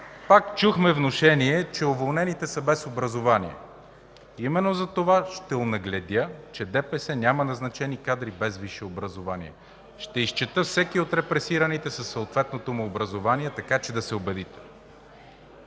пак чухме внушение, че уволнените са без образование. Именно затова ще онагледя, че ДПС няма назначени кадри без висше образование. Ще изчета всеки от репресираните със съответното му образование, така че да се убедите: